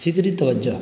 فکری توجہ